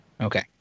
Okay